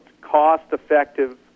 cost-effective